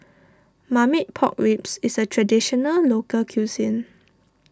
Marmite Pork Ribs is a Traditional Local Cuisine